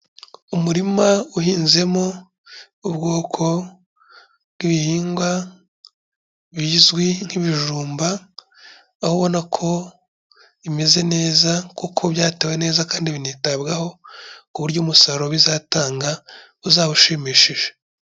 Umurima uhinzemo ubwoko bw'ibihingwa bizwi nk'ibijumba, aho ubona ko bimeze neza kuko byatewe neza kandi binitabwaho ku buryo umusaruro bizatanga uzaba ushimishije.